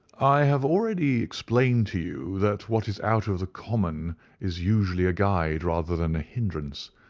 i have already explained to you that what is out of the common is usually a guide rather than a hindrance.